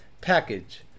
package